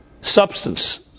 substance